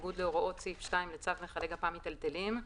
בניגוד להוראות סעיף 2 לצו מכלי גפ"מ מיטלטלים,1,000,